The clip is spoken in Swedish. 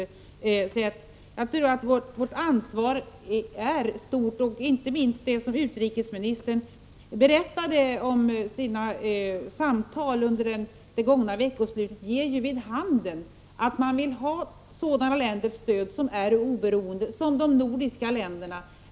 Jag tror att vårt ansvar är stort. Inte minst det som utrikesministern berättade om sina samtal under det gångna veckoslutet ger vid handen att man vill ha sådana länders stöd som är oberoende som de nordiska länderna.